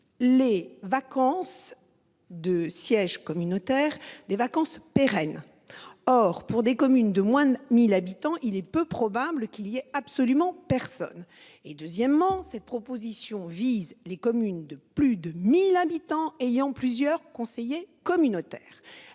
les vacances de sièges communautaire des vacances pérenne. Or pour des communes de moins de 1000 habitants, il est peu probable qu'il y a absolument personne. Et deuxièmement cette proposition vise les communes de plus de 1000 habitants ayant plusieurs conseillers communautaires,